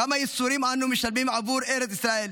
כמה ייסורים אנו משלמים עבור ארץ ישראל,